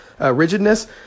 rigidness